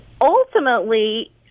Ultimately